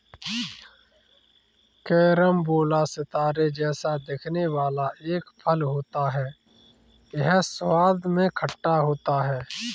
carambola सितारे जैसा दिखने वाला एक फल होता है यह स्वाद में खट्टा होता है